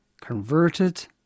converted